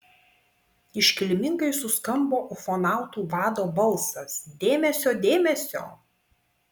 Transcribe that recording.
iškilmingai suskambo ufonautų vado balsas dėmesio dėmesio